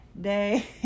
day